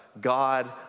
God